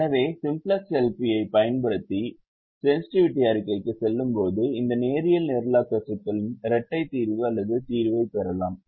எனவே சிம்ப்ளக்ஸ் எல்பியைப் பயன்படுத்தி சென்ஸ்ட்டிவிட்டி அறிக்கைக்குச் செல்லும்போது இந்த நேரியல் நிரலாக்க சிக்கலின் இரட்டை தீர்வு அல்லது தீர்வைப் பெறலாம்